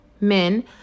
men